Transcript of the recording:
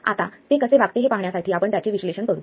आता ते कसे वागते हे पाहण्यासाठी आपण त्याचे विश्लेषण करू